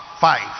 five